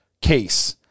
case